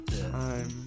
time